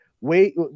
wait